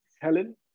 Helen